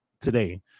today